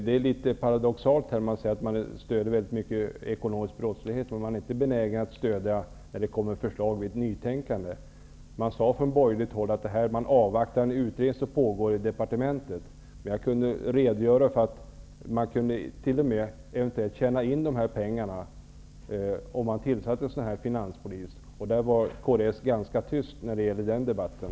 Det är litet paradoxalt att kds säger att man i mycket hög grad stödjer bekämpningen av ekonomisk brottslighet när man inte är benägen att stödja förslag som innebär nytänkande. Man sade från borgerligt håll att man avvaktade en utredning som pågick i departementet, men jag kunde redogöra för att man t.o.m. eventuellt kunde tjäna in de pengar som det skulle innebära att tillsätta en sådan finanspolis. Kds var ganska tyst i den debatten.